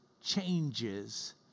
changes